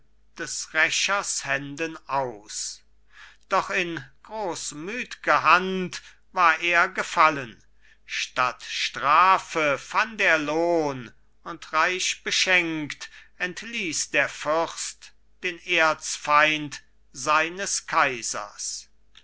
des rächers händen aus doch in großmütge hand war er gefallen statt strafe fand er lohn und reich beschenkt entließ der fürst den erzfeind seines kaisers